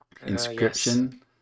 Inscription